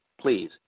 please